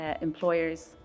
employers